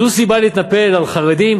זו סיבה להתנפל על חרדים,